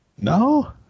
No